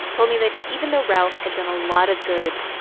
told me that even though ralph had done a lot of good,